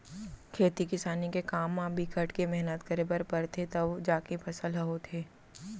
खेती किसानी के काम म बिकट के मेहनत करे बर परथे तव जाके फसल ह होथे